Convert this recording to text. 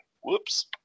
Whoops